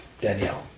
Danielle